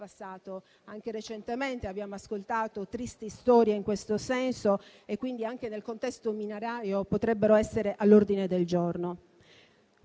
passato. Recentemente abbiamo ascoltato tristi storie in questo senso e anche quelle del contesto minerario potrebbero essere all'ordine del giorno.